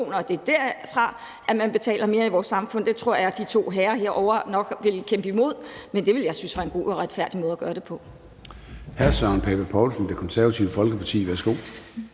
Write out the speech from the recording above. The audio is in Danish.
så det er derfra, man betaler mere i vores samfund. Det tror jeg nok, de to herrer herovre ville kæmpe imod, men det ville jeg synes var en god og retfærdig måde at gøre det på.